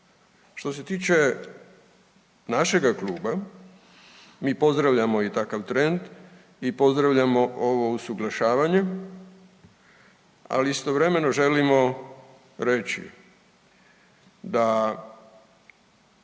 Što se tiče našega Kluba, mi pozdravljamo i takav trend i pozdravljamo ovo usuglašavanje, ali istovremeno želimo reći da